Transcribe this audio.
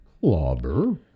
Clobber